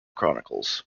chronicles